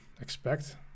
expect